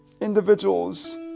individuals